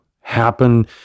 happen